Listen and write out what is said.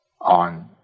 on